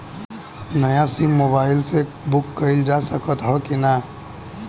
नया sim mobile से book कइलजा सकत ह कि ना?